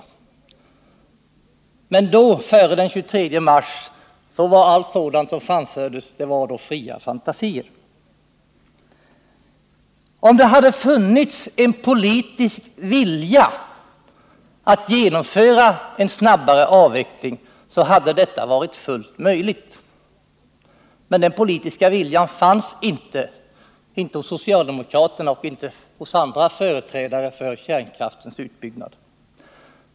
Men då — före den 23 mars — ansågs allt sådant tal vara fria fantasier. Om det hade funnits en politisk vilja att genomföra en snabbare avveckling, hade detta varit fullt möjligt. Men den politiska viljan fanns inte — inte hos socialdemokraterna och inte heller hos andra företrädare för kärnkraftens utbyggnad.